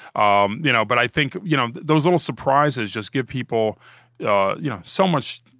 um you know but i think you know those little surprises just give people ah you know so much,